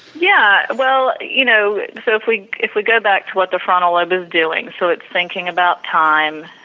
yeah. well, you know so if we if we go back to what the frontal lobe is doing, so it's thinking about time,